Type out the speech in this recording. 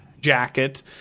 jacket